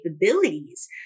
capabilities